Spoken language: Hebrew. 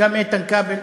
גם איתן כבל.